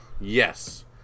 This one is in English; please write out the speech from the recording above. yes